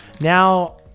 Now